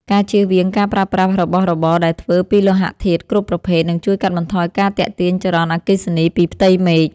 ការជៀសវាងការប្រើប្រាស់របស់របរដែលធ្វើពីលោហធាតុគ្រប់ប្រភេទនឹងជួយកាត់បន្ថយការទាក់ទាញចរន្តអគ្គិសនីពីផ្ទៃមេឃ។